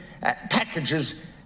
packages